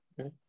Okay